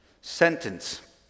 sentence